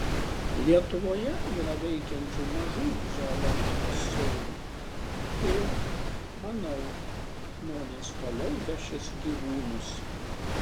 lietuvoje yra veikiančių mažų zoologijos sodų ir manau žmonės toliau vešis gyvūnus